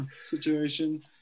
situation